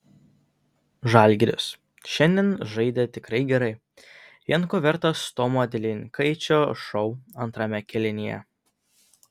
žalgiris šiandien žaidė tikrai gerai vien ko vertas tomo delininkaičio šou antrame kėlinyje